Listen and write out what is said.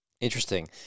Interesting